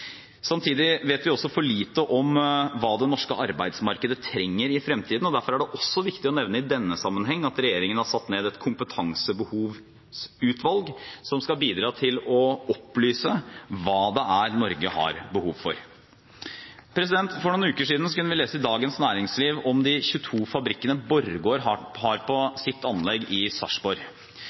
Samtidig vet vi for lite om hva det norske arbeidsmarkedet trenger i fremtiden. Derfor er det også viktig å nevne i denne sammenheng at regjeringen har satt ned et kompetansebehovsutvalg som skal bidra til å opplyse om hva det er Norge har behov for. For noen uker siden kunne vi lese i Dagens Næringsliv om de 22 fabrikkene Borregaard har ved sitt anlegg i Sarpsborg